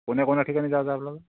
कोण्या कोण्या ठिकाणी जायचंय आपल्याला